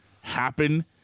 happen